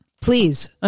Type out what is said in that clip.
please